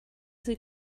sie